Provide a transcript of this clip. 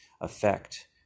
affect